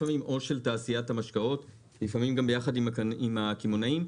של תעשיית המשקאות ולפעמים גם יחד עם הקמעונאים,